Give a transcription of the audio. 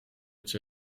iets